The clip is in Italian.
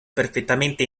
perfettamente